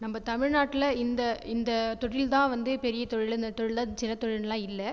நம்ம தமிழ்நாட்டில் இந்த இந்த தொழில் தான் வந்து பெரிய தொழில் இந்த தொழில் தான் சின்ன தொழிலுன்லாம் இல்லை